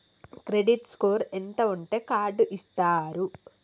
Credit score ఎంత ఉంటే card ఇస్తారు?